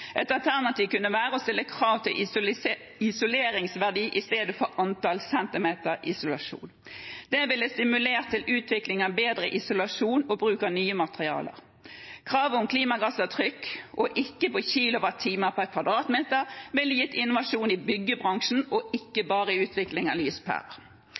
Et alternativ kunne være å stille krav til isoleringsverdi i stedet for antall centimeter isolasjon. Det ville stimulert til utvikling av bedre isolasjon og bruk av nye materialer. Krav til klimagassavtrykk og ikke til kilowattimer per kvadratmeter ville gitt innovasjon i byggebransjen, og